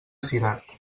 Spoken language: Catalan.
cirat